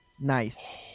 Nice